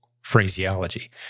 phraseology